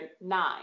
nine